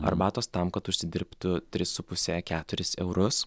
arbatos tam kad užsidirbtų tris su puse keturis eurus